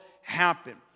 happen